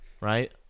Right